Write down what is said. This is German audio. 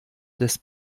des